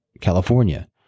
California